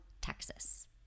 Texas